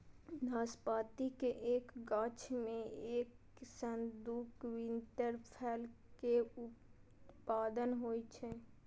नाशपाती के एक गाछ मे एक सं दू क्विंटल फल के उत्पादन होइ छै